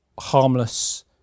harmless